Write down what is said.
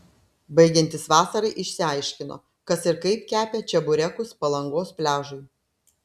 baigiantis vasarai išsiaiškino kas ir kaip kepė čeburekus palangos pliažui